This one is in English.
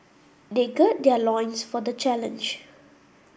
they gird their loins for the challenge